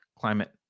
climate